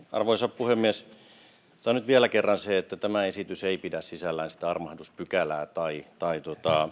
arvoisa puhemies otetaan nyt vielä kerran se että tämä esitys ei pidä sisällään sitä armahduspykälää tai